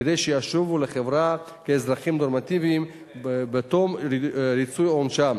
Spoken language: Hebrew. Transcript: כדי שישובו לחברה כאזרחים נורמטיביים בתום ריצוי עונשם.